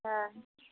ᱦᱮᱸ